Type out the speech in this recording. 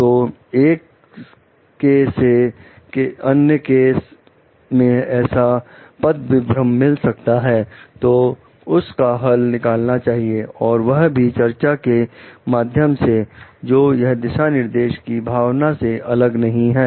तो एक के से अन्य केस में ऐसा पद विभ्रम मिल सकता है तो उस का हल निकालना चाहिए और वह भी चर्चा के माध्यम से तो यह दिशा निर्देश की भावना से अलग नहीं है